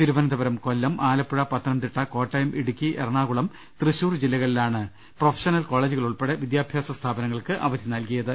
തിരുവനന്തപു രം കൊല്ലം ആലപ്പുഴ പത്തനംതിട്ട കോട്ടയം ഇടുക്കി എറണാകുളം തൃശൂർ ജില്ലകളിലാണ് പ്രൊഫഷണൽ കോളേജുകൾ ഉൾപ്പെടെ വിദ്യാ ഭ്യാസ സ്ഥാപനങ്ങൾക്ക് അവധി നൽകിയത്